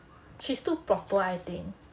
she's too proper I think